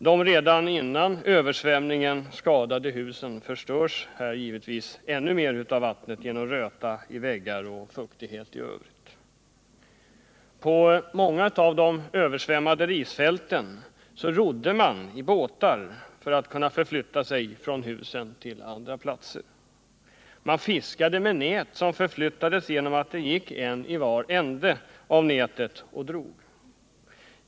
De redan innan översvämningen skadade husen förstörs givetvis ännu mer av vattnet genom röta i väggar och fuktighet i övrigt. På många av de översvämmade risfälten använde man roddbåt för att kunna förflytta sig från husen till andra platser. Man fiskade med nät som förflyttades genom att en person gick och drog i var ände i nätet.